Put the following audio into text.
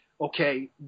okay